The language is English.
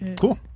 Cool